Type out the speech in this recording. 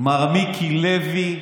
מר מיקי לוי,